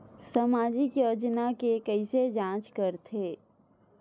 सामाजिक योजना के कइसे जांच करथे?